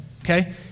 okay